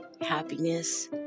happiness